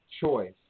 choice